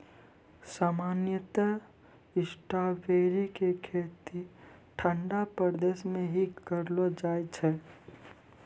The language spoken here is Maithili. सामान्यतया स्ट्राबेरी के खेती ठंडा प्रदेश मॅ ही करलो जाय छै